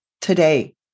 today